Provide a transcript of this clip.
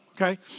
okay